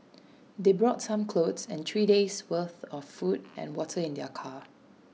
they brought some clothes and three days' worth of food and water in their car